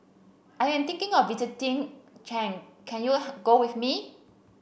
I am thinking of visiting Chad can you go with me